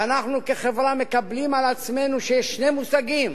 ואנחנו, כחברה, מקבלים על עצמנו שיש שני מושגים,